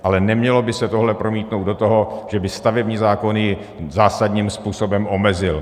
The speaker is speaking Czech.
Ale nemělo by se tohle promítnout do toho, že by stavební zákony zásadním způsobem omezil.